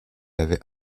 avait